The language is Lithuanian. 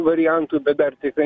variantų bet dar tikrai